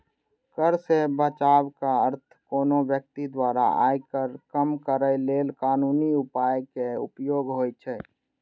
कर सं बचावक अर्थ कोनो व्यक्ति द्वारा आयकर कम करै लेल कानूनी उपायक उपयोग होइ छै